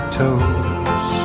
toes